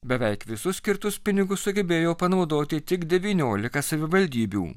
beveik visus skirtus pinigus sugebėjo panaudoti tik devyniolika savivaldybių